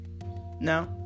No